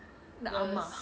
the ah ma